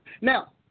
Now